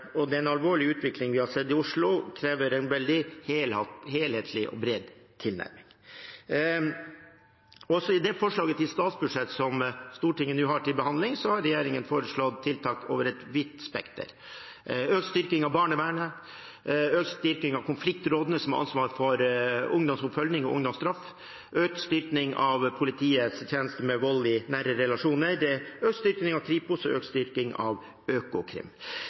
veldig helhetlig og bred tilnærming. Også i forslaget til statsbudsjett som Stortinget nå har til behandling, har regjeringen foreslått tiltak over et vidt spekter: økt styrking av barnevernet, økt styrking av konfliktrådene – som har ansvar for ungdomsoppfølging og ungdomsstraff – økt styrking av politiets tjeneste mot vold i nære relasjoner, økt styrking av Kripos og økt styrking av Økokrim.